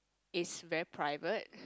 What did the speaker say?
is very private